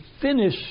finish